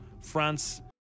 France